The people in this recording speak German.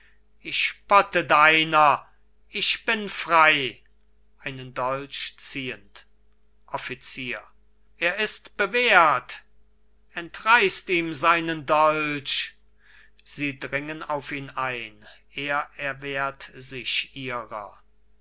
ich spotte deiner ich bin frei einen dolch ziehend offizier er ist bewehrt entreißt ihm seinen dolch sie dringen auf ihn ein er erwehrt sich ihrer